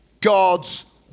God's